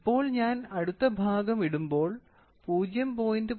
ഇപ്പോൾ ഞാൻ അടുത്ത ഭാഗം ഇടുമ്പോൾ 0